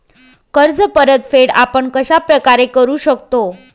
कर्ज परतफेड आपण कश्या प्रकारे करु शकतो?